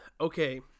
Okay